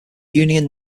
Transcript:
union